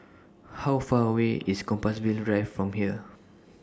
How Far away IS Compassvale Drive from here